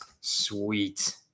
sweet